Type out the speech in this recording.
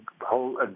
whole